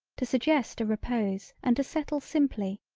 to suggest a repose and to settle simply,